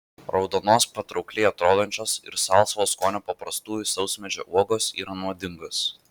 raudonos patraukliai atrodančios ir salsvo skonio paprastųjų sausmedžių uogos yra nuodingos